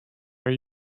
are